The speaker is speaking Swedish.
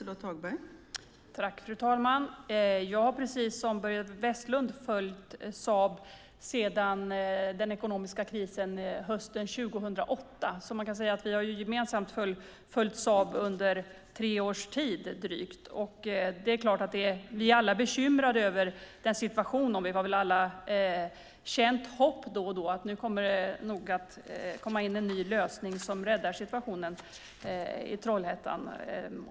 Fru talman! Jag har precis som Börje Vestlund följt Saab sedan den ekonomiska krisen hösten 2008, så man kan säga att vi har följt Saab gemensamt under drygt tre års tid. Vi är alla bekymrade över situationen. Vi har väl alla känt hopp då och då om att det kommer en ny lösning som räddar situationen i Trollhättan.